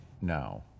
now